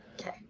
Okay